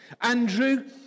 Andrew